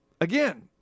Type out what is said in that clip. again